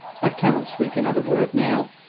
i cannot speak another word now